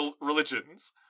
religions